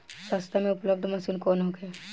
सस्ता में उपलब्ध मशीन कौन होखे?